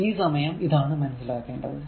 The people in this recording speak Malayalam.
ഈ സമയം ഇതാണ് മനസ്സിലാക്കേണ്ടത്